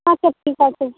আচ্ছা ঠিক আছে